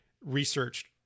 researched